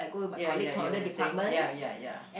ya ya you were saying ya ya ya